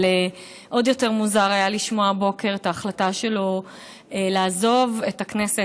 אבל עוד יותר מוזר היה לשמוע הבוקר את ההחלטה שלו לעזוב את הכנסת,